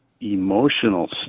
emotional